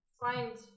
find